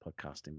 podcasting